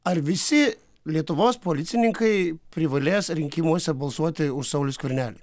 ar visi lietuvos policininkai privalės rinkimuose balsuoti už saulių skvernelį